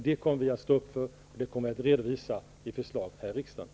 Det kommer vi att stå upp för, och förslag om det kommer vi att redovisa här i riksdagen.